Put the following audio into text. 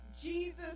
Jesus